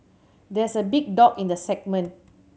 there is a big dog in the segment